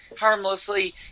Harmlessly